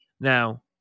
now